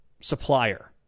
supplier